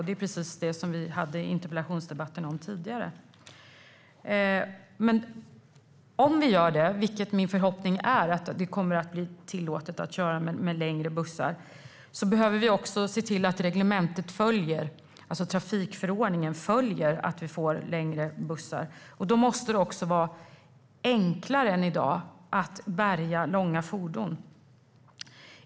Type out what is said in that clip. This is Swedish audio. Det är precis det som vi hade den tidigare interpellationsdebatten om. Min förhoppning är att det kommer att bli tillåtet att köra med längre bussar. Då behöver vi se till att trafikförordningens regler följer utvecklingen att vi får längre bussar. Det måste också vara enklare än i dag att bärga långa fordon.